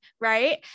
right